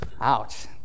ouch